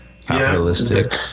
Capitalistic